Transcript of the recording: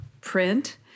print